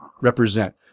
represent